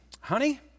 Honey